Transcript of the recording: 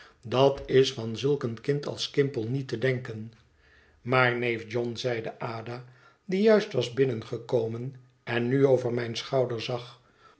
dat is van zulk een kind als skimpole niet te denken maar neef john zeide ada die juist was binnengekomen en nu over mijn schouder zag